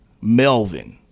Melvin